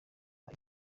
iba